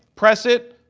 press it.